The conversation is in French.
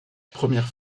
première